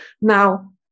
Now